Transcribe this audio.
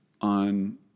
on